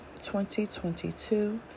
2022